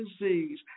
disease